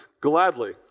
gladly